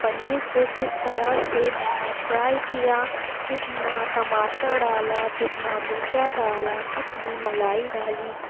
پنیر کو کس طرح سے میں نے فرائی کیا کتنا ٹماٹر ڈالا کتنا مرچ ڈالا کتنی ملائی ڈالی